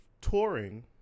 touring